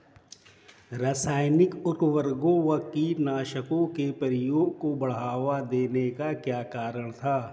रासायनिक उर्वरकों व कीटनाशकों के प्रयोग को बढ़ावा देने का क्या कारण था?